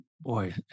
boy